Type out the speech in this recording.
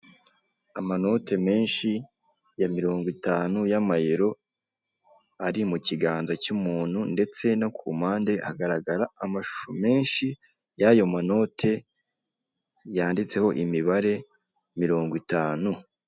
Amanote minshi ya mirongo itanu ya mayero ari mu kiganza cy'umuntu ndetse no ku mpande hagaragara amashusho menshi y'ayo manote yanditseho imibare mirongo itanu.